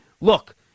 look